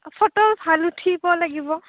photo ভাল উঠিব লাগিব